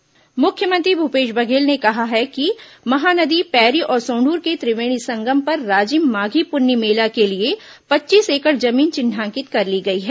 माघी पुन्नी मेला शुभारंभ मुख्यमंत्री भूपेश बघेल ने कहा है कि महानदी पैरी और सोंढूर के त्रिवेणी संगम पर राजिम माधी पुन्नी मेला के लिए पच्चीस एकड़ जमीन चिन्हांकित कर ली गई है